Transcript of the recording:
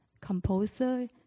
composer